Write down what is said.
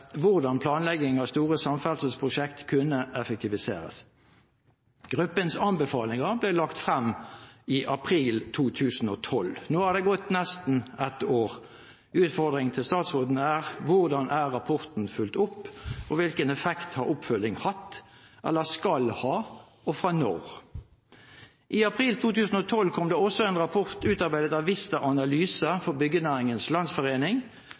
hvordan planlegging av store samferdselsprosjekt kunne effektiviseres. Gruppens anbefalinger ble lagt frem i april 2012. Nå er det gått nesten ett år. Utfordringen til statsråden er: Hvordan er rapporten fulgt opp, og hvilken effekt har oppfølging hatt eller skal ha, og fra når? I april 2012 kom det også en rapport utarbeidet av Vista Analyse for Byggenæringens Landsforening